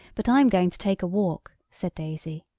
but i'm going to take a walk, said daisy.